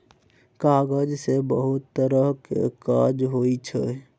कागज सँ बहुत तरहक काज होइ छै